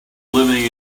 living